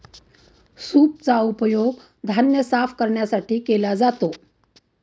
सूपचा उपयोग धान्य साफ करण्यासाठी केला जातो